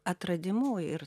atradimu ir